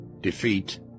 Defeat